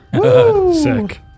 Sick